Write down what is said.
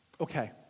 Okay